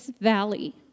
valley